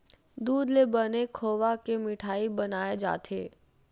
दूद ले बने खोवा के मिठई बनाए जाथे